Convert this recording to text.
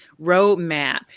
ROADMAP